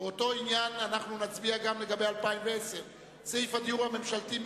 באותו עניין אנחנו נצביע גם לגבי 2010. סעיף הדיור הממשלתי,